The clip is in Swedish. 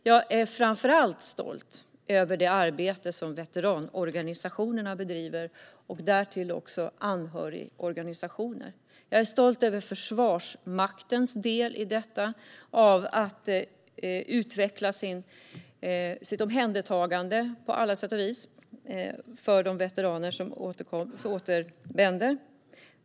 Jag är framför allt stolt över det arbete som veteranorganisationerna och också anhörigorganisationer bedriver. Jag är stolt över Försvarsmaktens del i detta när det gäller att på alla sätt och vis utveckla sitt omhändertagande av de veteraner som återvänder.